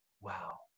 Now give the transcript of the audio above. wow